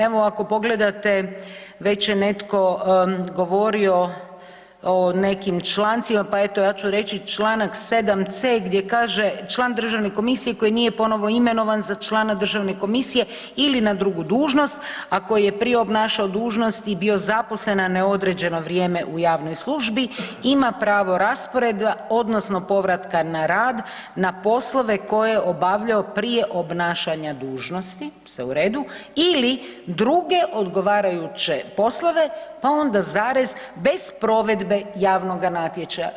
Evo ako pogledate već je netko govorio o nekim člancima, pa eto ja ću reći Članak 7c. gdje kaže član državne komisije koji nije ponovo imenovan za člana državne komisije ili na drugu dužnost, a koji je prije obnašao dužnost i bio zaposlen na neodređeno vrijeme u javnoj službi ima pravo rasporeda odnosno povratka na rad na poslove koje je obavljao prije obnašanja dužnosti, sve u redu ili druge odgovarajuće poslove pa onda zarez, bez provedbe javnoga natječaja.